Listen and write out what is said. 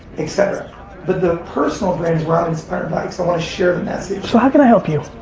etc. but the personal brand is what i'm inspired by, because i want to share the message. so how can i help you?